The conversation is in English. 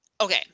okay